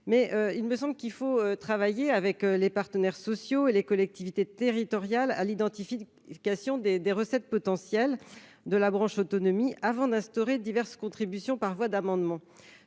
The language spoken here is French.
il me paraît nécessaire de travailler avec les partenaires sociaux et les collectivités territoriales à l'identification des recettes potentielles de la branche autonomie, avant de mettre en place diverses contributions par voie d'amendement.